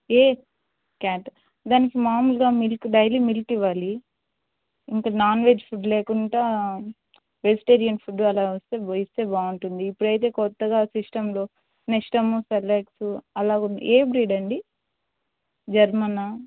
ఏ cat దానికి మామూలుగా milk daily milk ఇవ్వాలి ఇంక నాన్వెజ్ ఫుడ్ లేకుండా వెజిటేరియన్ ఫుడ్డు అలా ఇస్తే ఇస్తే బాగుంటుంది ఇప్పుడైతే కొత్తగా సిస్టంలో నెస్టము సెరిలాక్సు అలా ఉంది ఏ బ్రీడ్ అండి జర్మన్నా